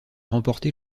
remporté